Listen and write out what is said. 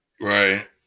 Right